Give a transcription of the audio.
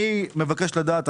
אני מבקש לדעת,